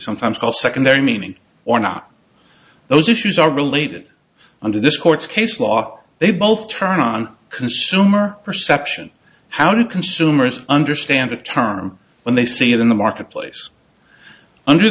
sometimes call secondary meaning or not those issues are related under this court's case law they both turn on consumer perception how do consumers understand the term when they see it in the marketplace under